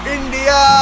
India